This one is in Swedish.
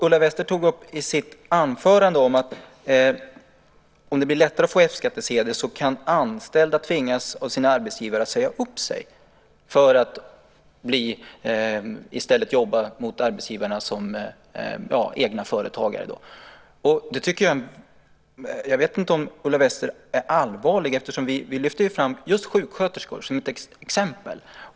Ulla Wester tog upp i sitt anförande att om det blir lättare att få F-skattsedel kan anställda tvingas av sina arbetsgivare att säga upp sig för att i stället jobba hos arbetsgivarna som egna företagare. Jag vet inte om Ulla Wester är allvarlig, eftersom vi lyfter fram just sjuksköterskor som ett exempel.